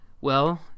Well